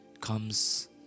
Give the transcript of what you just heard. comes